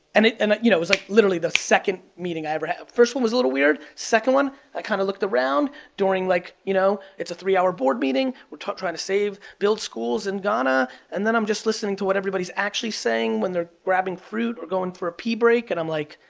and it and you know it was like literally the second meeting i ever had the first one was a little weird, the second one i kinda looked around during like, you know a three hour board meeting. we're trying to save, build schools in ghana, and then i'm just listening to what everybody's actually saying when they're grabbing fruit or going for a pee break and i'm like,